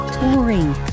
boring